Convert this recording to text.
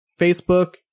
Facebook